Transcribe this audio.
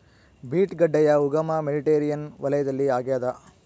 beet ಗಡ್ಡೆಯ ಉಗಮ Mediterranean ವಲಯದಲ್ಲಿ ಆಗ್ಯಾದ